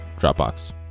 Dropbox